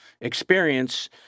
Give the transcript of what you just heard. experience